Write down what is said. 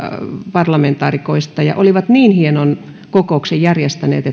parlamentaarikoista ja olivat niin hienon kokouksen järjestäneet